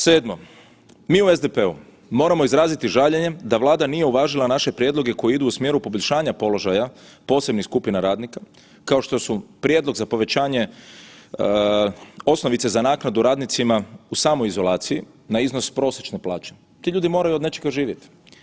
Sedmo, mi u SDP-u moramo izraziti žaljenje da Vlada nije uvažila naše prijedloge koji idu u smjeru poboljšanja položaja posebnih skupina radnika kao što su prijedlog za povećanje osnovice za naknadu radnicima u samoizolaciji na iznos prosječne plaće, ti ljudi moraju od nečega živjeti.